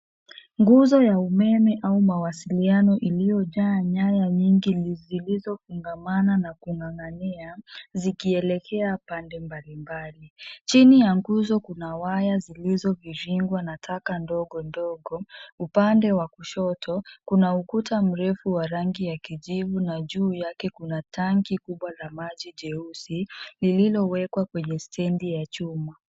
Nguzo ya umeme au mawasiliano iliyojaa nyaya nyingi zilizofungamana na kung'ang'ania, zikielekea pande mbalimbali. Chini ya nguzo kuna waya zilizo viringwa na taka ndogo ndogo. Upande wa kushoto kuna ukuta mrefu wa rangi ya kijivu na juu yake kuna tanki kubwa la maji jeusi, lililowekwa kwenye stendi ya chuma.